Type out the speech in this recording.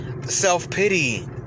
Self-pity